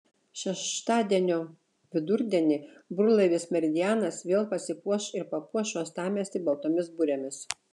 šeštadienio vidurdienį burlaivis meridianas vėl pasipuoš ir papuoš uostamiestį baltomis burėmis